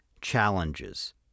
Challenges